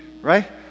Right